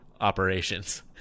operations